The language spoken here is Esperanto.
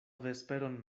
vesperon